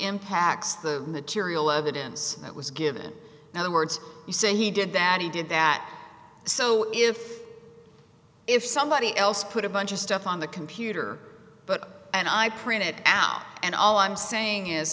impacts the the tiriel evidence that was given and the words you say he did that he did that so if if somebody else put a bunch of stuff on the computer but and i printed it out and all i'm saying is